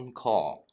call，